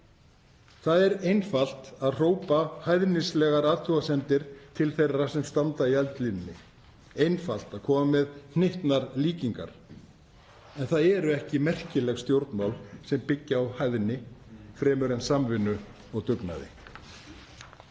Það er einfalt að hrópa hæðnislegar athugasemdir til þeirra sem standa í eldlínunni. Einfalt að koma með hnyttnar líkingar. En það eru ekki merkileg stjórnmál sem byggja á hæðni fremur en samvinnu og dugnaði.